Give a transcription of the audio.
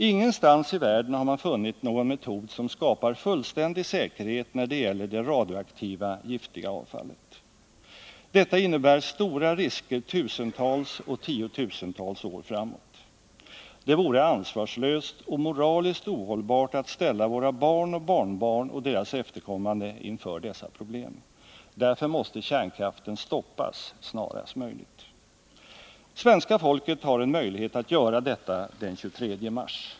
Ingenstans i världen har man funnit någon metod som skapar fullständig säkerhet när det gäller det radioaktiva giftiga avfallet. Detta innebär stora risker tusentals och tiotusentals år framåt. Det vore ansvarslöst och moraliskt ohållbart att ställa våra barn och barnbarn och deras efterkommande inför dessa problem. Därför måste kärnkraften stoppas snarast möjligt! Svenska folket har en möjlighet att göra detta den 23 mars.